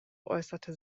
äußerte